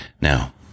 now